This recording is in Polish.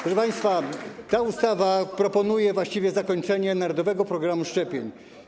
Proszę państwa, w tej ustawie proponuje się właściwie zakończenie narodowego programu szczepień.